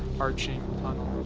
arching tunnel.